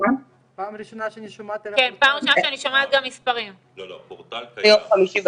פעם ראשונה שאני שומעת על הפורטל הזה.